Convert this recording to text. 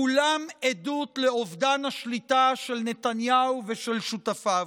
כולם עדות לאובדן השליטה של נתניהו ושל שותפיו.